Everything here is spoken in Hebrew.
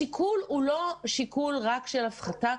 השיקול הוא לא רק שיקול של הפחתה,